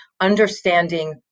understanding